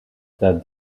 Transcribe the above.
that